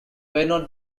not